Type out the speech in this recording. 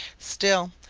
still,